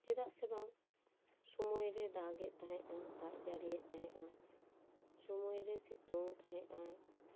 ᱪᱮᱫᱟᱜ ᱥᱮ ᱵᱟᱝ ᱥᱚᱢᱚᱭ ᱨᱮᱭ ᱫᱟᱜᱼᱮᱫ ᱛᱟᱦᱮᱱᱟ ᱫᱟᱜ ᱡᱟᱹᱲᱤᱭᱮ ᱛᱟᱦᱮᱱᱟ ᱥᱚᱢᱚᱭ ᱨᱮᱭ ᱥᱤᱛᱩᱝ ᱛᱟᱦᱮᱱᱟᱭ